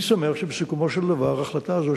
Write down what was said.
אני שמח שבסיכומו של דבר ההחלטה הזאת